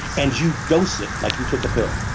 and you dose it like you took a pill.